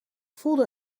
voelde